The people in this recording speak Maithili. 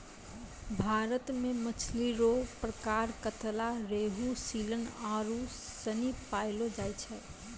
भारत मे मछली रो प्रकार कतला, रेहू, सीलन आरु सनी पैयलो जाय छै